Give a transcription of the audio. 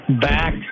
back